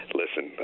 listen